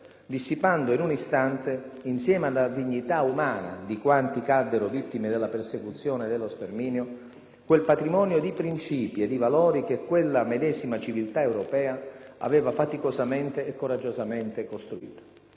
dissipando in un istante, insieme alla dignità umana di quanti caddero vittime della persecuzione e dello sterminio, quel patrimonio di principi e di valori che quella medesima civiltà europea aveva faticosamente e coraggiosamente costruito.